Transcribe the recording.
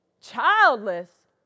Childless